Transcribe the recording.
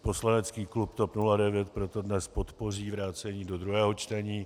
Poslanecký klub TOP 09 proto dnes podpoří vrácení do druhého čtení.